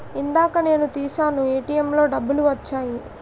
ఇందాక నేను తీశాను ఏటీఎంలో డబ్బులు వచ్చాయి